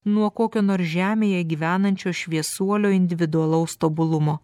nuo kokio nors žemėje gyvenančio šviesuolio individualaus tobulumo